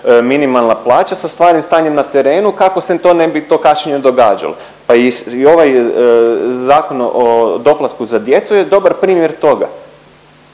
minimalna plaća sa stvarnim stanjem na terenu kako se to ne bi, to kašnjenje događalo, pa i ovaj Zakon o doplatku za djecu je dobar primjer toga.